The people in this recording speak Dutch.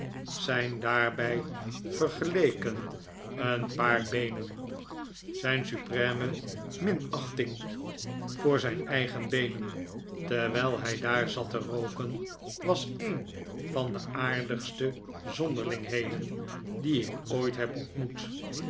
zijn daarbij vergeleken een paar beenen zijn supreme mirtachting voor zijn eigen beenen terwijl hij daar zat te rooken was een van de aardigste zonderlingheden die ik ooit heb ontmoet